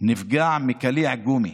נפגע מקליע גומי